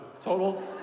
total